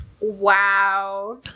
Wow